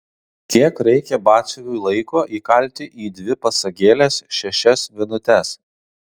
kiek reikia batsiuviui laiko įkalti į dvi pasagėles šešias vinutes